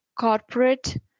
corporate